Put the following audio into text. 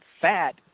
fat